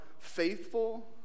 faithful